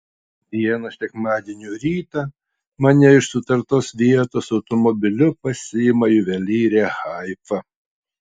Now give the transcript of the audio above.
vieną sekmadienio rytą mane iš sutartos vietos automobiliu pasiima juvelyrė haifa